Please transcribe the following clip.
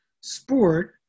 sport